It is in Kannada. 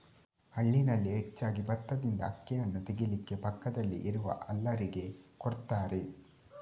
ಹಳ್ಳಿನಲ್ಲಿ ಹೆಚ್ಚಾಗಿ ಬತ್ತದಿಂದ ಅಕ್ಕಿಯನ್ನ ತೆಗೀಲಿಕ್ಕೆ ಪಕ್ಕದಲ್ಲಿ ಇರುವ ಹಲ್ಲರಿಗೆ ಕೊಡ್ತಾರೆ